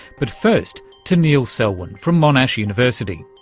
but first to neil selwyn from monash university.